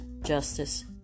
justice